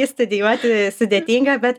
išstudijuoti sudėtinga bet